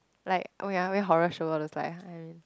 like oh ya I went horror show all the time